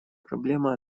проблема